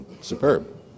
superb